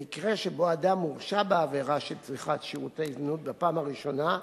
במקרה שבו אדם הורשע בעבירה של צריכת שירותי זנות בפעם הראשונה,